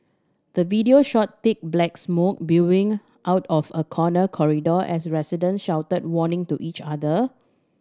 the video showed thick black smoke billowing out of a corner corridor as residents shouted warning to each other